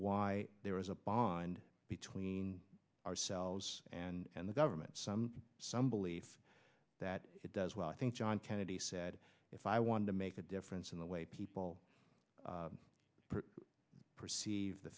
why there is a bond between ourselves and the government some some believe that it does well i think john kennedy said if i wanted to make a difference in the way people perceive the